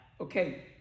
Okay